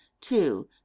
two